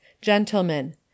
Gentlemen